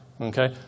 Okay